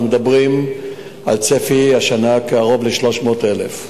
אנחנו מדברים השנה על צפי של קרוב ל-300,000.